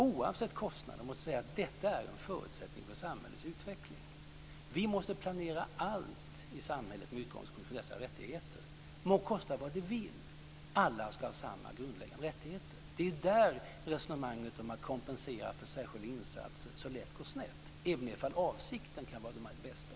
Oavsett kostnaderna är detta en förutsättning för samhällets utveckling. Vi måste planera allt i samhället med utgångspunkt från dessa rättigheter. Det må kosta vad det vill. Alla ska ha samma grundläggande rättigheter. Det är i det avseendet resonemanget om att kompensera för särskilda insatser så lätt går snett, även ifall avsikten kan vara den bästa.